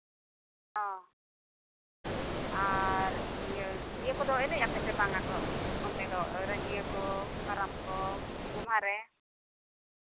ᱚ ᱟᱨ ᱤᱭᱟᱹ ᱤᱭᱟᱹ ᱠᱚᱫᱚ ᱮᱱᱮᱡ ᱟᱯᱮ ᱥᱮ ᱵᱟᱝ ᱚᱱᱟ ᱠᱚ ᱚᱱᱛᱮ ᱫᱚ ᱨᱟᱹᱡᱟᱹᱭᱟᱹ ᱠᱚ ᱠᱟᱨᱟᱢ ᱠᱚ ᱜᱚᱢᱦᱟ ᱨᱮ